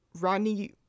rodney